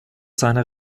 seiner